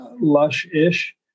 lush-ish